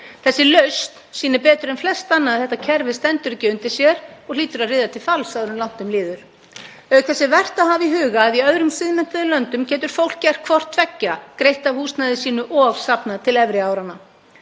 Þessi lausn sýnir betur en flest annað að þetta kerfi stendur ekki undir sér og hlýtur að riða til falls áður en langt um líður. Auk þess er vert að hafa í huga að í öðrum siðmenntuðum löndum getur fólk gert hvort tveggja, greitt af húsnæði sínu og safnað til efri áranna.